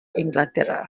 inglaterra